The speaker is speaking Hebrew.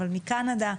אבל מקנדה,